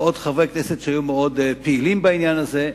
ועוד חברי כנסת שהיו מאוד פעילים בעניין הזה,